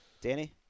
Danny